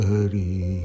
Hari